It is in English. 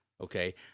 Okay